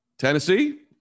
Tennessee